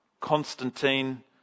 constantine